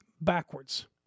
backwards